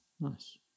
Nice